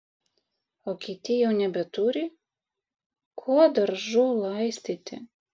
o kiti jau nebeturi kuo daržų laistyti